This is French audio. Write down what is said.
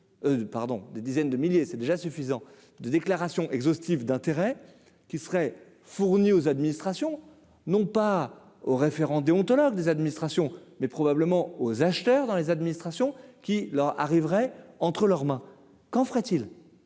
Pardon, des dizaines de milliers, c'est déjà suffisant de déclaration exhaustive d'intérêts qui seraient fournis aux administrations non pas aux référent déontologue des administrations, mais probablement aux acheteurs dans les administrations qu'leur arriverait entre leurs mains quand fera-t-il